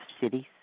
cities